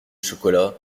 chocolat